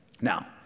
Now